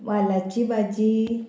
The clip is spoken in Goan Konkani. वालाची भाजी